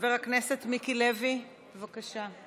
חבר הכנסת מיקי לוי, בבקשה,